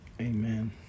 amen